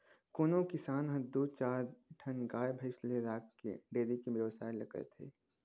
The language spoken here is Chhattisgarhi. कोनो किसान ह दू चार ठन गाय भइसी ल राखके डेयरी के बेवसाय ल करथे